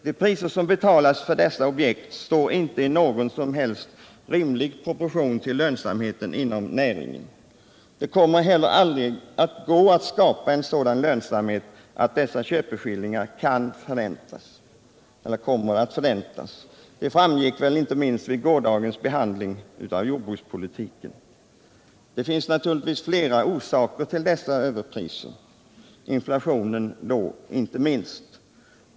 De priser som betalas för dessa objekt står inte i någon som helst rimlig proportion till lönsamheten inom näringen. Det kommer heller aldrig att gå att skapa en sådan lönsamhet att dessa köpeskillingar kan förräntas. Det framgick inte minst vid gårdagens behandling av jordbrukspolitiken. Det finns naturligtvis flera orsaker till dessa överpriser — inte minst inflationen.